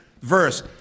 verse